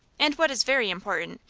and, what is very important,